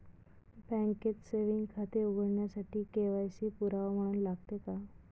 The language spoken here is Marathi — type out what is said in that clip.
बँकेत सेविंग खाते उघडण्यासाठी के.वाय.सी पुरावा म्हणून लागते का?